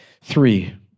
Three